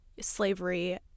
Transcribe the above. slavery